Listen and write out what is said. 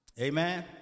Amen